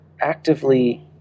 actively